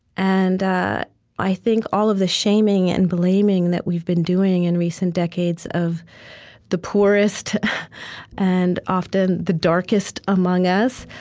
and i think all of the shaming and blaming that we've been doing in recent decades of the poorest and, often, the darkest among us,